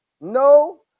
no